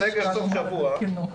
סגר סוף השבוע,